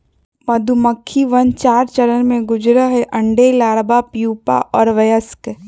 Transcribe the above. मधुमक्खिवन चार चरण से गुजरा हई अंडे, लार्वा, प्यूपा और वयस्क